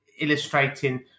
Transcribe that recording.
illustrating